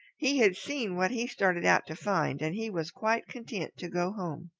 he had seen what he started out to find and he was quite content to go home.